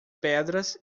pedras